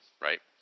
right